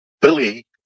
Billy